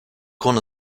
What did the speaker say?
krone